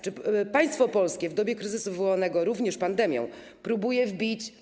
Czy państwo polskie w dobie kryzysu wywołanego również pandemią próbuje wbić.